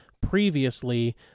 previously